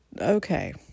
okay